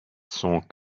cent